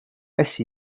essi